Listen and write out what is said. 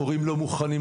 המורים לא מוכנים,